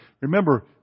Remember